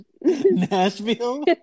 Nashville